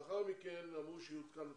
לאחר מכן אמרו שיעודכן התקציב.